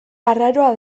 arraroa